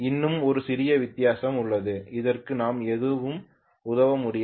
இன்னும் ஒரு சிறிய வித்தியாசம் உள்ளது அதற்கு நாம் எதுவும் உதவ முடியாது